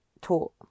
taught